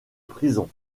prison